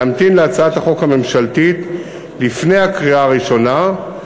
להמתין להצעת החוק הממשלתית לפני הקריאה הראשונה,